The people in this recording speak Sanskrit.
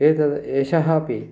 एतद् एषः अपि